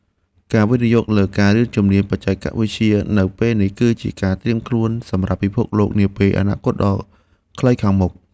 ការវិនិយោគលើការរៀនជំនាញបច្ចេកវិទ្យានៅពេលនេះ គឺជាការត្រៀមខ្លួនសម្រាប់ពិភពលោកនាពេលអនាគតដ៏ខ្លីខាងមុខ។